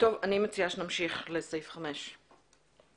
אני מציעה שנמשיך לתקנה הבאה.